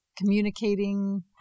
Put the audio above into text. communicating